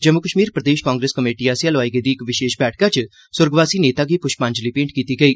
Jammu Kashmir Pradesh Congress committee आस्सेआ लोआई गेदी इक विशेष बैठकां च सुर्गवासी नेता गी पुष्पांजली भेंट कीती गेई